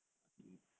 I think